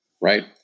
right